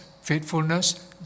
faithfulness